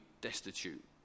destitute